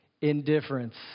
Indifference